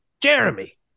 Jeremy